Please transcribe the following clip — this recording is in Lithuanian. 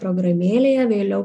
programėlėje vėliau